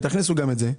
תכניסו גם את זה.